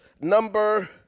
number